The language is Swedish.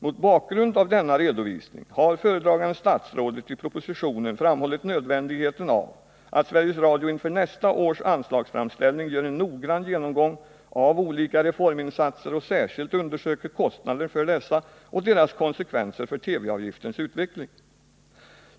Mot bakgrund av denna redovisning har föredragande statsrådet i propositionen framhållit nödvändigheten av att Sveriges Radio inför nästa års anslagsframställning gör en noggrann genomgång av olika reforminsatser och särskilt undersöker kostnader för dessa och deras konsekvenser för TV-avgiftens utveckling.